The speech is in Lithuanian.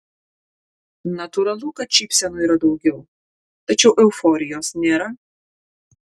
natūralu kad šypsenų yra daugiau tačiau euforijos nėra